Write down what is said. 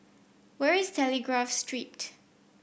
where is Telegraph Street